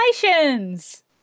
Congratulations